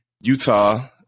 Utah